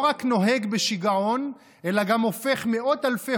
לא רק נוהג בשיגעון אלא גם הופך מאות אלפי